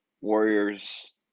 Warriors